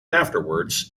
afterwards